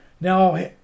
Now